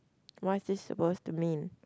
what is this supposed to mean